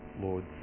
Lord